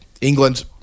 England